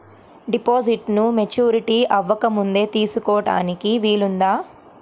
డిపాజిట్ను మెచ్యూరిటీ అవ్వకముందే తీసుకోటానికి వీలుందా?